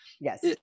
Yes